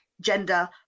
gender